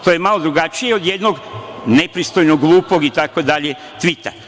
To je malo drugačije od jednog nepristojnog, glupog tvita.